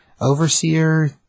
Overseer